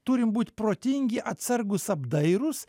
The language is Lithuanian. turim būt protingi atsargūs apdairūs